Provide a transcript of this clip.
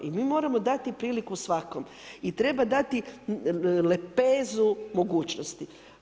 I mi moramo dati priliku svakome i treba dati lepezu mogućnosti.